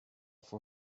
for